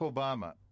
Obama